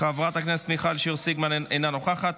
חברת הכנסת מיכל שיר סגמן, אינה נוכחת,